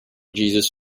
jesus